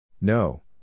No